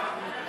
23